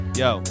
yo